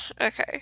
Okay